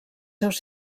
seus